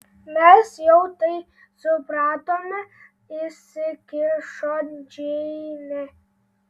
mes jau tai supratome įsikišo džeinė